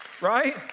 Right